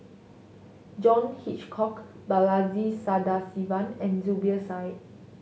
John Hitchcock Balaji Sadasivan and Zubir Said